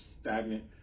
stagnant